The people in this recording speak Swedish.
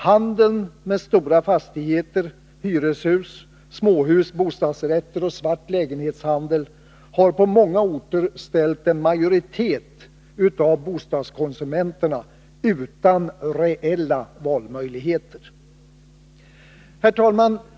Handeln med stora fastigheter, hyreshus, småhus och bostadsrätter och svart lägenhetshandel har på många orter ställt en majoritet av bostadskonsumenterna utan reella valmöjligheter. Fru talman!